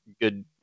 good